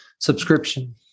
subscription